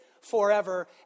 forever